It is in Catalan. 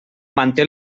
manté